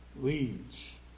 leads